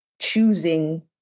choosing